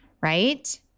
Right